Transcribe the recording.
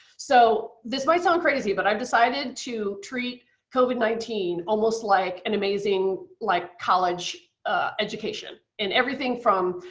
so this might sound crazy, but i've decided to treat covid nineteen almost like an amazing like college education. and everything from,